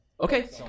Okay